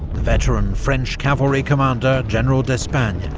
veteran french cavalry commander, general d'espagne,